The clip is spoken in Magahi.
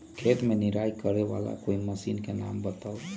खेत मे निराई करे वाला कोई मशीन के नाम बताऊ?